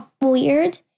weird